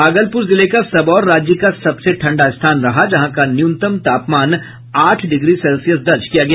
भागलपुर जिले का सबौर राज्य का सबसे ठंडा स्थान रहा जहां का न्यूनतम तापमान आठ डिग्री सेल्सियस दर्ज किया गया